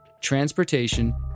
transportation